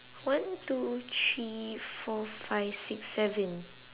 one two three four five six seven